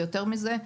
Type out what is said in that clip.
ויותר מזה,